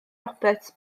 roberts